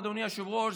אדוני היושב-ראש,